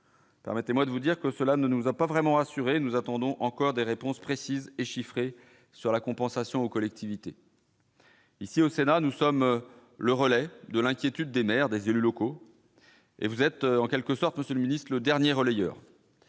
Permettez-moi de vous dire que cela ne nous a pas vraiment assuré : nous attendons encore des réponses précises et chiffrées sur la compensation aux collectivités. Ici, au Sénat, nous sommes le relais de l'inquiétude des maires, des élus locaux, et vous êtes en quelque sorte que le ministre-le dernier relayeur.